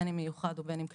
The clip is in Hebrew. בין אם מיוחד ובין אם כללי.